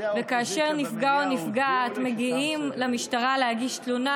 וכאשר נפגע או נפגעת מגיעים למשטרה להגיש תלונה,